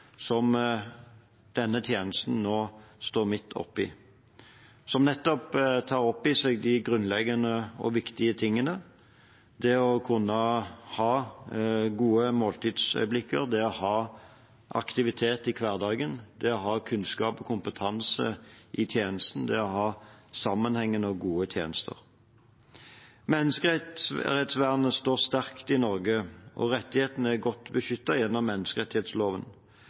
som denne tjenesten nå står midt oppe i, og som nettopp tar opp i seg de grunnleggende og viktige tingene: det å kunne ha gode måltidsøyeblikk, det å ha aktivitet i hverdagen, det å ha kunnskap og kompetanse i tjenesten og det å ha sammenhengende og gode tjenester. Menneskerettsvernet står sterkt i Norge, og rettighetene er godt beskyttet gjennom